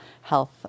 health